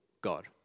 God